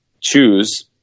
choose